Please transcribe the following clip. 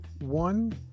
one